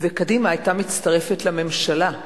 וקדימה היתה מצטרפת לממשלה.